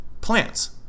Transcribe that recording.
plants